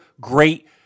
great